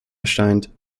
erscheint